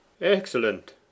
excellent